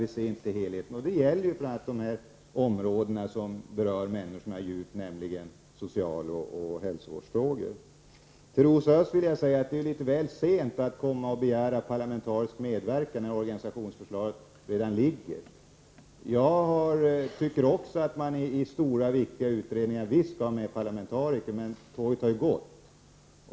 Vi ser inte helheten när det gäller de områden som berör människorna djupt, nämligen socialfrågor och hälsovårdsfrågor. Till Rosa Östh vill jag säga att det är väl sent att begära parlamentarisk medverkan när organisationsförslaget redan föreligger. Jag tycker också att man skall ha med parlamentariker i stora och viktiga utredningar. Men tåget har ju gått.